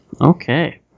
Okay